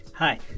Hi